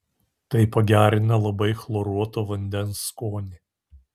tai pagerina labai chloruoto vandens skonį